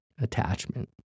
attachment